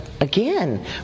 Again